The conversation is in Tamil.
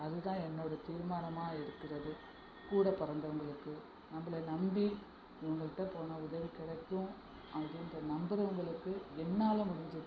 அதுதான் என்னோடய தீர்மானமாக இருக்கிறது கூடப் பிறந்தவங்களுக்கு நம்பளை நம்பி இவங்ககிட்ட போனால் உதவி கிடைக்கும் அப்படின்னு நம்புகிறவங்களுக்கு என்னால் முடிஞ்சது